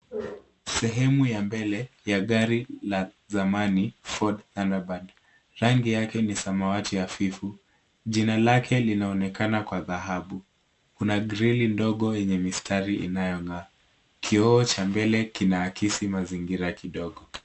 Sehemu ya mbele ya gari la zamani Ford Thunderbird. Rangi yake ni samawati hafifu. Jina lake linaonekana kwa dhahabu. Kuna grili ndogo yenye mistari inayong'aa. Kioo cha mbele kinaakisi mazingira kidogo.